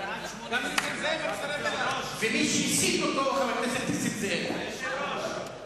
ונסים זאב לוועדת החוץ והביטחון לא